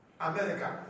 America